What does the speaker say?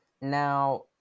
now